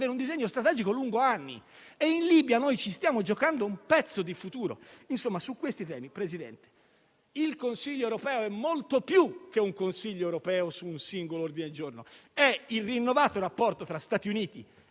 un disegno strategico articolato negli anni. In Libia noi ci stiamo giocando un pezzo di futuro. Su questi temi, il Consiglio europeo è molto più che un Consiglio europeo su un singolo ordine del giorno. È il rinnovato rapporto tra Stati Uniti ed